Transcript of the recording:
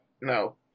No